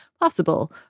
possible